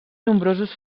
nombrosos